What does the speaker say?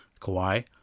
Kawhi